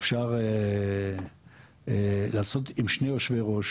ואפשר לעשות עם שני יושבי-ראש